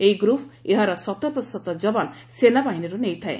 ଏହି ଗ୍ରପ୍ ଏହାର ଶତପ୍ରତିଶତ ଯବାନ ସେନାବାହିନୀରୁ ନେଇଥାଏ